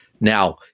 Now